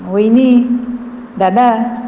वयनी दादा